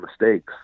mistakes